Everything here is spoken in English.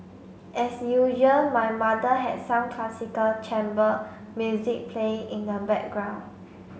as usual my mother had some classical chamber music playing in the background